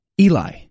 Eli